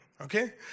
Okay